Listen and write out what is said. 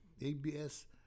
ABS